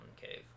cave